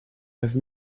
have